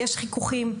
חיכוכים,